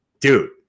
dude